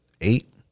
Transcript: eight